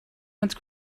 met